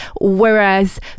Whereas